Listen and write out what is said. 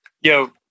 Yo